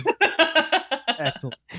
Excellent